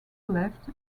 left